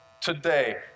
today